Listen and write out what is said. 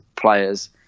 players